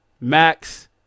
max